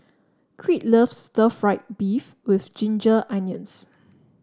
Crete loves stir fry beef with Ginger Onions